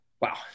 wow